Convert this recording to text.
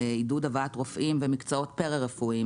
עידוד הבאת רופאים ומקצועות פרא רפואיים